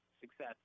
success